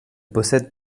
possède